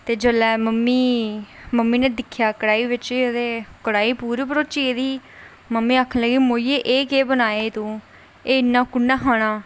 ते जेल्लै mummy mummy नै दिक्खेआ कढ़ाई बिच ते कढ़ाई पूरी भरोची दी ही मम्मी आखन लगी मोइये एह् केह् बनाया ई तूं एह् इन्ना कुन्नें खाना